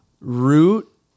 Root